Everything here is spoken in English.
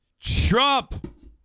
Trump